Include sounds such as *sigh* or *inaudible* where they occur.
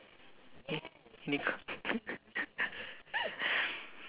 *laughs*